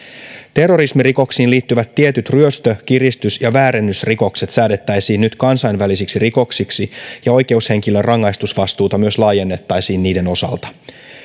terrorismirikoksiin liittyvät tietyt ryöstö kiristys ja väärennysrikokset säädettäisiin nyt kansainvälisiksi rikoksiksi ja oikeushenkilön rangaistusvastuuta myös laajennettaisiin niiden osalta